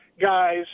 guys